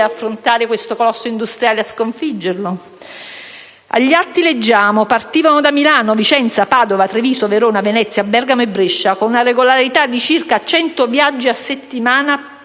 ad affrontare questo colosso industriale e a sconfiggerlo? Agli atti leggiamo: «Partivano da Milano, Vicenza, Padova, Treviso, Verona, Venezia, Bergamo e Brescia, con una regolarità di circa cento viaggi a settimana,